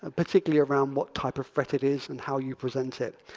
ah particularly around what type of threat it is and how you present it.